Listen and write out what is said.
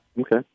Okay